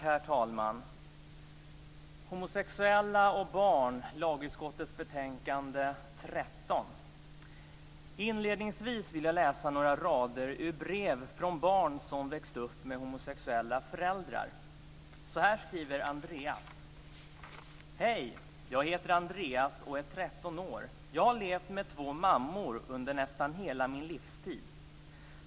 Herr talman! Inledningsvis vill jag läsa några rader ur brev från barn som växt upp med homosexuella föräldrar. Så här skriver Andreas: "Hej, jag heter Andreas och är 13 år. Jag har levt med två mammor under nästan hela min livstid.